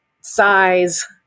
size